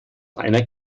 einer